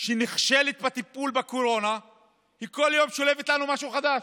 ונכשלת בטיפול בקורונה היא כל יום שולפת לנו משהו חדש.